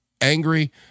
angry